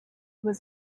was